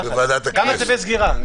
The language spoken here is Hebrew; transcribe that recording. גם צווי הסגירה,